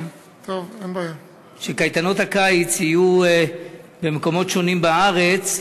שקייטנות הקיץ יהיו במקומות שונים בארץ,